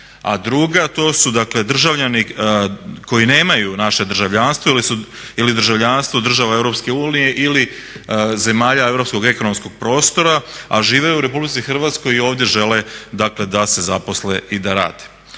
a druga to su, dakle državljani koji nemaju naše državljanstvo ili državljanstvo država EU ili zemalja europskog ekonomskog prostora, a žive u RH i ovde žele, dakle da se zaposle i da rade.